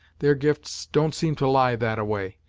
their gifts don't seem to lie that a way.